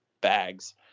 bags